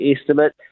estimate